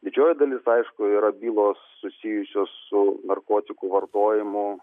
didžioji dalis aišku yra bylos susijusios su narkotikų vartojimu